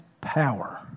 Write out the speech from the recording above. power